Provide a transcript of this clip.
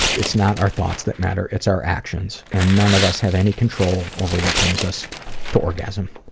it's not our thoughts that matter, it's our actions, and none of us have any control over what brings us to orgasm,